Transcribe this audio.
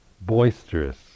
boisterous